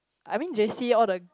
I mean they see all the